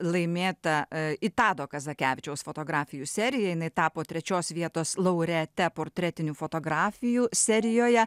laimėtą tado kazakevičiaus fotografijų seriją jinai tapo trečios vietos laureate portretinių fotografijų serijoje